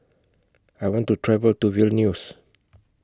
I want to travel to Vilnius